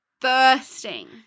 bursting